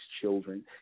children